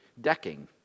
decking